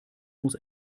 muss